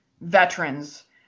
veterans